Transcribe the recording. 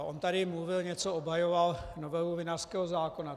On tady mluvil, něco obhajoval, novelu vinařského zákona.